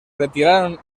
retiraron